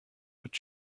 but